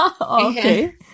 okay